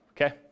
okay